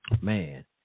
man